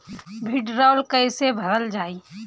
भीडरौल कैसे भरल जाइ?